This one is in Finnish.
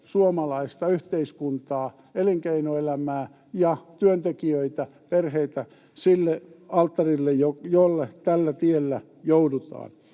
suomalaista yhteiskuntaa, elinkeinoelämää ja työntekijöitä, perheitä, sille alttarille, jolle tällä tiellä joudutaan.